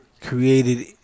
Created